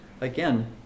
again